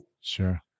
Sure